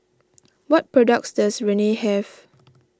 what products does Rene have